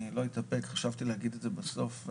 אתאפק, חשבתי להגיד את זה בסוף.